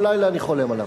כל לילה אני חולם עליו.